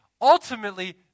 ultimately